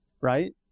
right